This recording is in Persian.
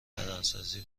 بدنسازی